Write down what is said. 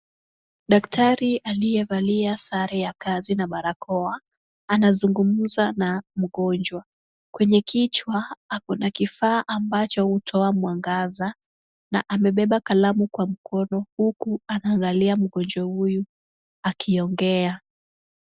Daktari aliyevalia sare ya kazi na barakoa, anazungumza na mgonjwa. Kwwenye kichwa ako na kifaa ambacho hutoa mwangaza na amebeba kalamu kwa mkono, huku anaangalia mgonjwa huyu akiongea.